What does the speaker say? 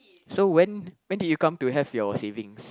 so when when did you come to have your savings